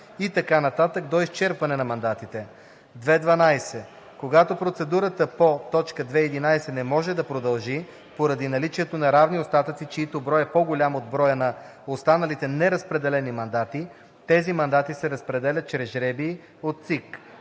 остатък и т.н. до изчерпване на мандатите. 2.12. Когато процедурата по т. 2.11 не може да продължи поради наличието на равни остатъци, чийто брой е по-голям от броя на останалите неразпределени мандати, тези мандати се разпределят чрез жребий от ЦИК.